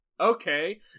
Okay